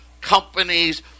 companies